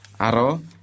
Aro